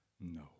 No